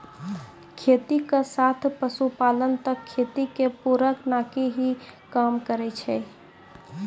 खेती के साथ पशुपालन त खेती के पूरक नाकी हीं काम करै छै